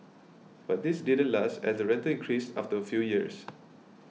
but this didn't last as the rental increased after a few years